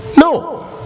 No